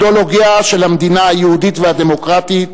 גדול הוגיה של המדינה היהודית והדמוקרטית,